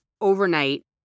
overnight